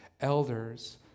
elders